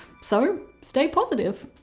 so, stay positive.